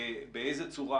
באיזה צורה,